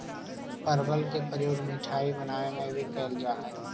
परवल के प्रयोग मिठाई बनावे में भी कैल जा हइ